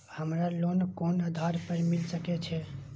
हमरा लोन कोन आधार पर मिल सके छे?